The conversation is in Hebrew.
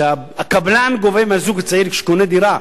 שהקבלן גובה מהזוג הצעיר שקונה דירה,